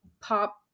pop